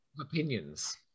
opinions